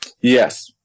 Yes